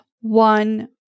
one